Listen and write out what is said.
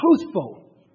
truthful